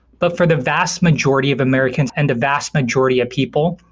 but for the vast majority of americans and the vast majority of people,